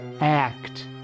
act